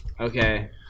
Okay